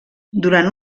durant